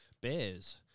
bears